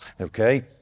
Okay